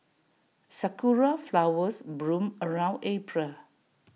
Sakura Flowers bloom around April